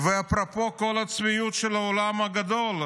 אפרופו כל הצביעות של העולם הגדול,